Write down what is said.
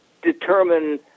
determine